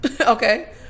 okay